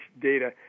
data